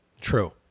True